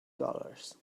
dollars